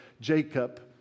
Jacob